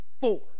Four